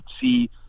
see